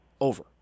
over